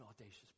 audacious